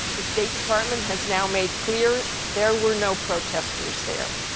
the state department has now made clear there were no protesters there.